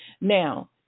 now